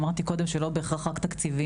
אמרתי קודם שהם לא בהכרח רק תקציביים.